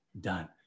done